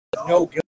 no